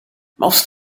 most